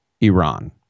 iran